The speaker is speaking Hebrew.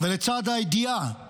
ולצד הידיעה